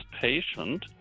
patient